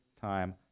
time